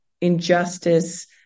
injustice